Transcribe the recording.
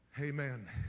Amen